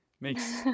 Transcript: makes